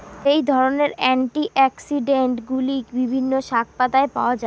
এই ধরনের অ্যান্টিঅক্সিড্যান্টগুলি বিভিন্ন শাকপাতায় পাওয়া য়ায়